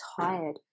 tired